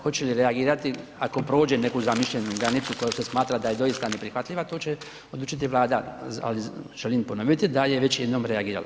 Hoće li reagirati ako prođe neku zamišljenu granicu koja se smatra da je doista neprihvatljiva, to će odlučiti Vlada, ali želim ponoviti da je već jednom reagirala.